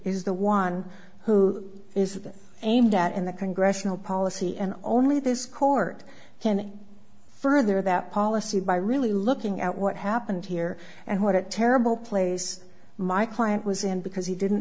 is the one who is aimed at in the congressional policy and only this court can further that policy by really looking at what happened here and what it terrible place my client was in because he didn't